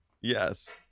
Yes